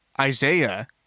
Isaiah